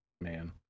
Man